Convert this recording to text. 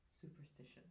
superstition